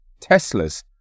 Teslas